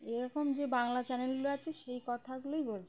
এরকম যে বাংলা চ্যানেলগুলো আছে সেই কথাগুলোই বলছি